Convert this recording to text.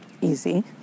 easy